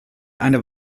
eine